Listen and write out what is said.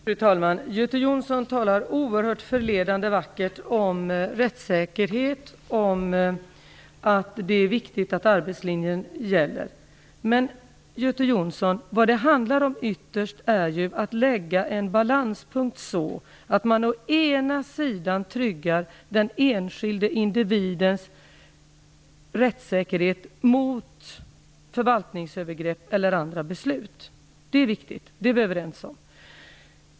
Fru talman! Göte Jonsson talar oerhört förledande vackert om rättssäkerhet och om att det är viktigt att arbetslinjen gäller. Men, Göte Jonsson, vad det ytterst handlar om är ju att lägga ut en balanspunkt så, att man tryggar den enskilde individens rättssäkerhet mot förvaltningsövergrepp eller andra beslut. Det är viktigt, och det är vi överens om.